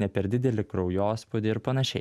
ne per didelį kraujospūdį ir panašiai